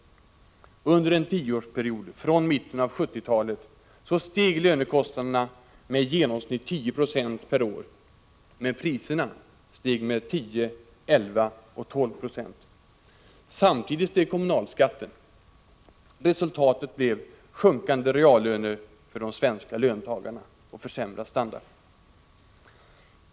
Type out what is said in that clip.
Under en tioårsperiod från mitten av 1970-talet steg lönekostnaderna med i genomsnitt 10 96 per år, men priserna steg med både 10, 11 och 12 26. Samtidigt steg kommunalskatten. Resultatet blev sjunkande reallöner och försämrad standard för de svenska löntagarna.